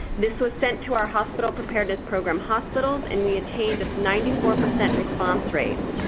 this was sent to our hospital preparedness program hospitals and we attained a ninety four percent response rate.